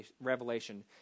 revelation